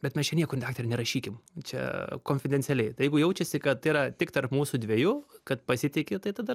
bet mes čia niekur daktare nerašykim čia konfidencialiai tai jeigu jaučiasi kad tai yra tik tarp mūsų dviejų kad pasitiki tai tada